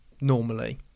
Normally